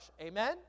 amen